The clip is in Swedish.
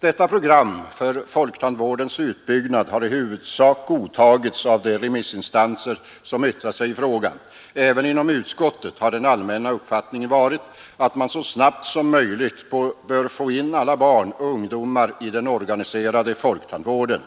Detta program för folktandvårdens utbyggnad har i huvudsak godtagits av de remissinstanser som yttrat sig i frågan. Även inom utskottet har den allmänna uppfattningen varit att man så snabbt som möjligt skulle få in alla barn och ungdomar i den organiserade folktandvården,